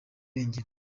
irengero